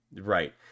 Right